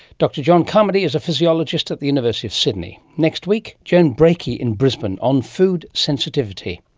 dr john carmody is a physiologist at the university of sydney. next week, joan breakey in brisbane on food sensitivity.